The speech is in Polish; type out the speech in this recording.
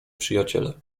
przyjaciele